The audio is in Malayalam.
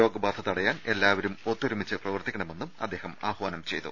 രോഗ ബാധതടയാൻ എല്ലാവരും ഒത്തൊരുമിച്ച് പ്രവർത്തിക്കണമെന്നും അദ്ദേഹം ആഹ്വാനം ചെയ്തു